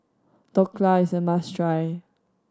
dhokla is a must try